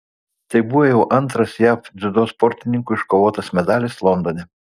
tai buvo jau antras jav dziudo sportininkų iškovotas medalis londone